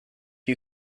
you